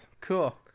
Cool